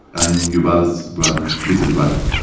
i'm yuval's brother, little brother.